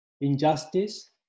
injustice